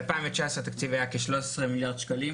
ב-2019 התקציב היה כ-13 מיליארד שקלים